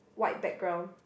white background